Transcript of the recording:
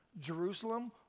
Jerusalem